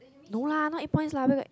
no lah not eight points lah where got